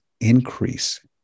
increase